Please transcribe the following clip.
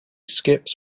skips